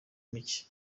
mike